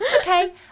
okay